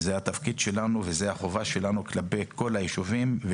זה תפקידנו וחובתנו כלפי כל היישובים,